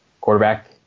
Quarterback